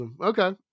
Okay